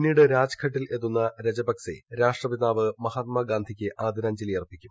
പിന്നീട് രാജ്ഘട്ടിൽ എത്തുന്ന രജപക്സെ രാഷ്ട്രപിതാവ് മഹാത്മാഗാന്ധിക്ക് ആദരാഞ്ജലി അർപ്പിക്കും